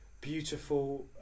beautiful